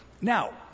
Now